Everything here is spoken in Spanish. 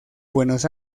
buenos